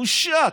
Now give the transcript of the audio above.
בושה.